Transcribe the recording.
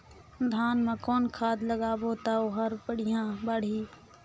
धान मा कौन खाद लगाबो ता ओहार बेडिया बाणही?